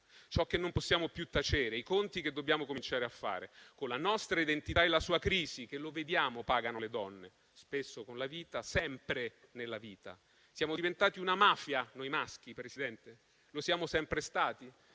ciò che non possiamo più tacere, i conti che dobbiamo cominciare a fare con la nostra identità e la sua crisi, che - lo vediamo - pagano le donne, spesso con la vita, sempre nella vita. Siamo diventati una mafia noi maschi, Presidente? Lo siamo sempre stati?